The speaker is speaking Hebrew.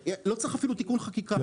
לא רציך אפילו תיקון חקיקה,